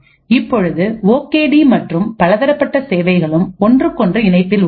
இப்பொழுது ஓகே டி மற்றும் பலதரப்பட்ட சேவைகளும் ஒன்றுக்கொன்று இணைப்பில் உள்ளது